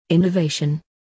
Innovation